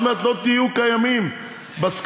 עוד מעט לא תהיו קיימים בסקרים.